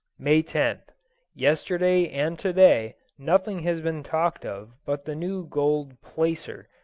may tenth yesterday and to-day nothing has been talked of but the new gold placer,